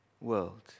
world